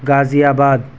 غازی آباد